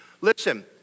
Listen